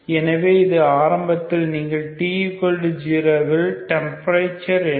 எனவே இது ஆரம்பத்தில் நீங்கள் t0 இல் டெம்பரேச்சர் என்ன